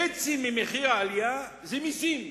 חצי ממחיר העלייה זה מסים.